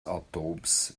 atoms